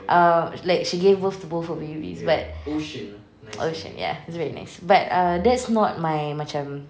ah like she gave birth to both her babies but ocean ya it's very nice but err that's not my macam